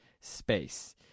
space